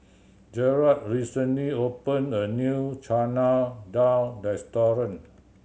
Jerad recently opened a new Chana Dal restaurant